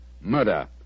Murder